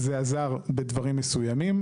זה עזר בדברים מסוימים,